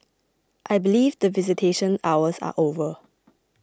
I believe the visitation hours are over